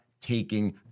taking